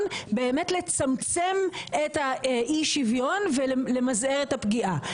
באמת לצמצם את אי השוויון ולמזער את הפגיעה.